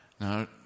Now